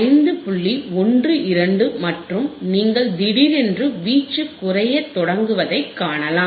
12 மற்றும் நீங்கள் திடீரென்று வீச்சு குறையத் தொடங்குவதை காணலாம்